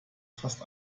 fast